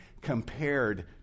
compared